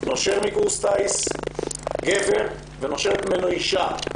נושר מקורס טיס גבר ונושרת ממנו אישה.